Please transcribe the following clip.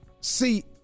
See